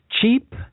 cheap